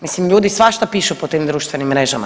Mislim ljudi svašta pišu po tim društvenim mrežama.